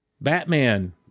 Batman